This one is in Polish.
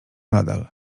nadal